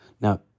Now